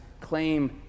claim